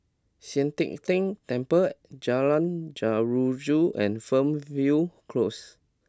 Sian Teck Tng Temple Jalan Jeruju and Fernhill Close